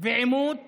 ועימות